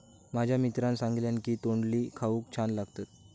माझ्या मित्रान सांगल्यान की तोंडली खाऊक छान लागतत